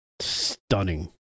Stunning